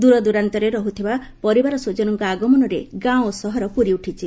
ଦୂରଦୂରାନ୍ତରେ ରହୁଥିବା ପରିବାର ସ୍ୱଜନଙ୍କ ଆଗମନରେ ଗାଁ ଓ ସହର ପୁରିଉଠିଛି